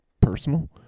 personal